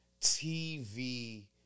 TV